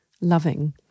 loving